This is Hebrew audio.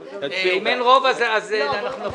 אם אין רוב אז אנחנו נופלים.